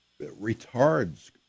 retards